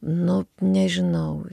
nu nežinau